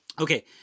Okay